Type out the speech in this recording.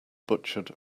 butchered